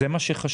זה מה שחשוב.